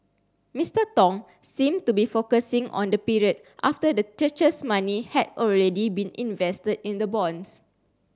Mister Tong seemed to be focusing on the period after the church's money had already been invested in the bonds